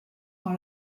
dans